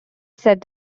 said